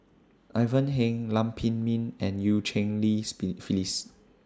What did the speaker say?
Ivan Heng Lam Pin Min and EU Cheng Li's Bee Phyllis